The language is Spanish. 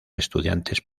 estudiantes